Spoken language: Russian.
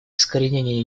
искоренение